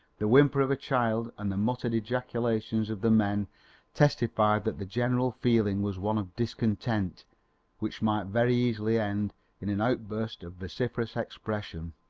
the whimper of a child and the muttered ejaculations of the men testified that the general feeling was one of discontent which might very easily end in an outburst of vociferous expression.